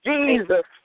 Jesus